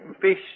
Fish